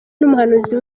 n’umuhanuzi